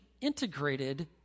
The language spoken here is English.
integrated